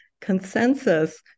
Consensus